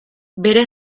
bere